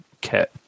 kit